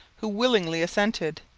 who willingly assented,